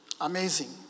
Amazing